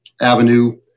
Avenue